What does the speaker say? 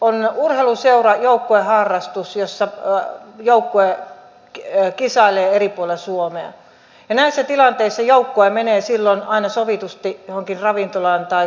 on urheiluseura joukkueharrastus jossa joukkue kisailee eri puolilla suomea ja näissä tilanteissa joukkue menee silloin aina sovitusti johonkin ravintolaan tai kahvilaan syömään